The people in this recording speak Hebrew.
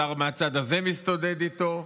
שר מהצד הזה מסתודד איתו.